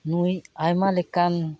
ᱱᱩᱭ ᱟᱭᱢᱟ ᱞᱮᱠᱟᱱ